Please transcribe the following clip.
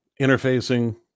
interfacing